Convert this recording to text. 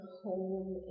home